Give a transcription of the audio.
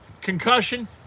Concussion